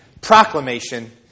proclamation